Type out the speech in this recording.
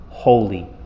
holy